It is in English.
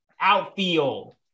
outfield